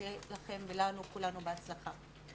שיהיה לכם ולנו, לכולנו, בהצלחה.